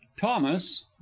thomas